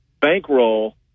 bankroll